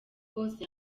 bose